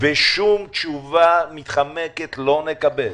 ושום תשובה מתחמקת לא נקבל.